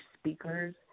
speakers